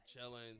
chilling